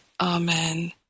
Amen